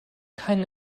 keinen